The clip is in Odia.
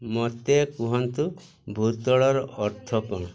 ମୋତେ କୁହନ୍ତୁ ଭୂତଳର ଅର୍ଥ କ'ଣ